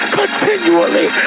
continually